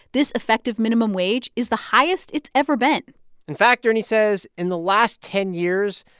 this effective minimum wage is the highest it's ever been in fact, ernie says, in the last ten years,